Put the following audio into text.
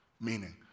meaning